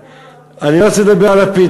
אני לא רוצה לדבר על לפיד.